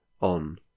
on